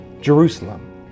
Jerusalem